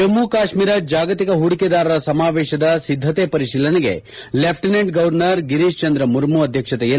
ಜಮ್ಮು ಕಾಶ್ಮೀರ ಜಾಗತಿಕ ಹೂಡಿಕೆದಾರರ ಸಮಾವೇಶದ ಸಿದ್ದತೆ ಪರಿಶೀಲನೆಗೆ ಲೆಫ್ಸಿನೆಂಟ್ ಗವರ್ನರ್ ಗಿರೀಶ್ ಚಂದ್ರ ಮುರ್ಮು ಅಧ್ಯಕ್ಷತೆಯಲ್ಲಿ ಸಭೆ